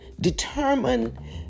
determine